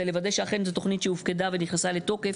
לוודא שאכן זו תוכנית שהופקדה ונכנסה לתוקף.